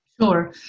Sure